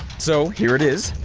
so, here it is,